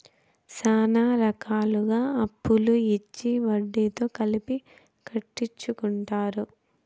శ్యానా రకాలుగా అప్పులు ఇచ్చి వడ్డీతో కలిపి కట్టించుకుంటారు